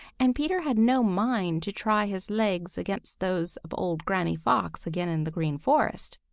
and peter had no mind to try his legs against those of old granny fox again in the green forest.